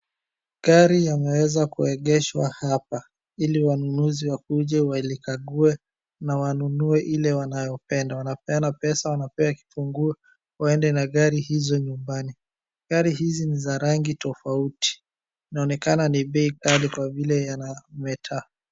Gari yameweza kuegeshwa hapa ili wanunuzi wakuje walikague na wanunue ile wanayopenda. Wanapeana pesa, wanapewa kifunguo waende na gari hizo nyumbani. Gari hizi ni za rangi tofauti. Inaonekana ni bei kali kwa vile yanameta meta.